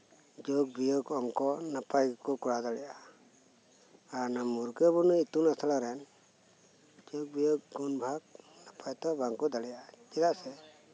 ᱡᱳᱜᱽ ᱵᱤᱭᱳᱜᱽ ᱚᱝᱠᱚ ᱱᱟᱯᱟᱭ ᱜᱮᱠᱚ ᱠᱚᱨᱟᱣ ᱫᱟᱲᱮᱭᱟᱜᱼᱟ ᱟᱨ ᱚᱱᱟ ᱢᱩᱨᱜᱟᱹᱵᱚᱱᱤ ᱤᱛᱩᱱ ᱟᱥᱲᱟ ᱨᱮᱱ ᱡᱳᱜᱽ ᱵᱤᱭᱳᱜᱽ ᱜᱩᱱ ᱵᱷᱟᱜᱽ ᱱᱟᱯᱟᱭ ᱫᱚ ᱵᱟᱝᱠᱚ ᱫᱟᱲᱮᱭᱟᱜᱼᱟ ᱪᱮᱫᱟᱜ ᱥᱮ